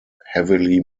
heavily